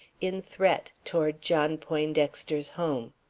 in threat, toward john poindexter's home.